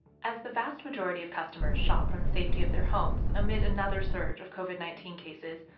as the vast majority of customers shop from the safety of their homes amid another surge of covid nineteen cases,